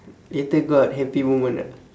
later got happy moment ah